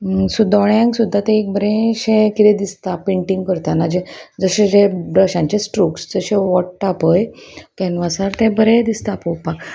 so दोळ्यांक सुद्दा तें एक बरेंशें किदें दिसता पेंटींग करत जें जशें जे ब्रशांचे स्ट्रोक्स जशे ओडटा पळय कॅनवासार ते बरें दिसता पळोवपाक